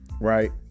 Right